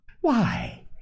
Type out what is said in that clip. Why